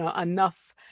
enough